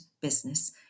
business